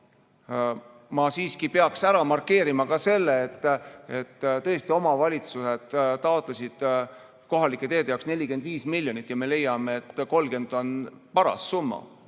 Ma siiski peaks ära markeerima selle, et omavalitsused taotlesid kohalike teede jaoks 45 miljonit, aga meie leiame, et 30 miljonit on paras summa.